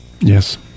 Yes